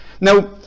Now